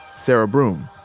sarah broom,